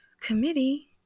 committee